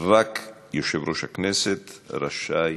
רק יושב-ראש הכנסת רשאי